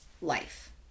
life